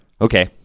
Okay